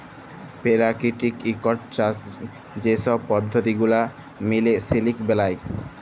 পেরাকিতিক ইকট চাষ যে ছব পদ্ধতি গুলা মিলে সিলিক বেলায়